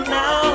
now